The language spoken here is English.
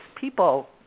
people